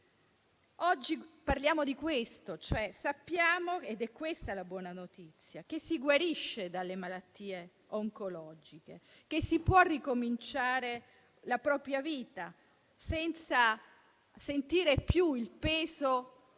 Oggi parliamo di questo: sappiamo - ed è questa la buona notizia - che si guarisce dalle malattie oncologiche e che si può ricominciare la propria vita, senza sentire più il peso di